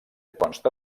consta